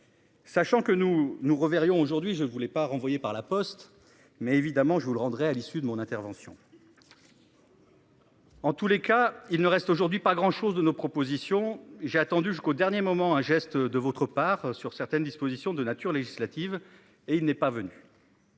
Sachant que nous nous enverrions aujourd'hui, je ne voulais pas renvoyer par la Poste mais évidemment je vous le rendrai à l'issue de mon intervention. En tous les cas, il ne reste aujourd'hui pas grand-chose de nos propositions. J'ai attendu jusqu'au dernier moment un geste de votre part sur certaines dispositions de nature législative et il n'est pas venu.